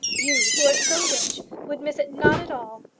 you, who are so rich, would miss it not at all.